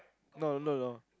no no no